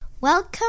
Welcome